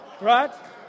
Right